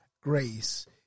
grace